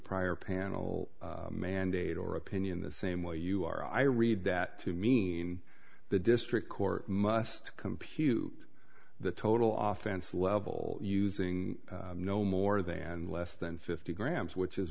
prior panel mandate or opinion the same way you are i read that to mean the district court must compute the total off ants level using no more than less than fifty grams which is